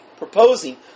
proposing